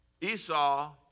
Esau